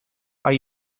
are